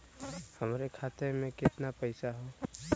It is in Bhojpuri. हमरे खाता में कितना पईसा हौ?